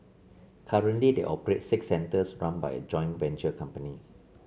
currently they operate six centres run by a joint venture company